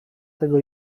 tego